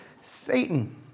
Satan